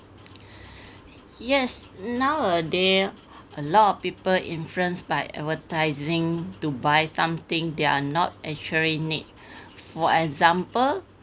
yes nowadays a lot of people influenced by advertising to buy something they're not actually need for example